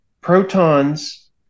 protons